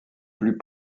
plus